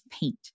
paint